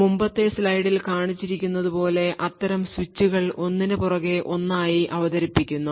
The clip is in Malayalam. മുമ്പത്തെ സ്ലൈഡിൽ കാണിച്ചിരിക്കുന്നതുപോലെ അത്തരം സ്വിച്ചുകൾ ഒന്നിനുപുറകെ ഒന്നായി അവതരിപ്പിക്കുന്നു